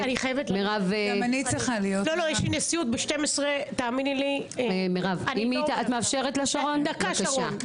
יש לי נשיאות ב- 12:00 תאמיני לי, דקה שרון.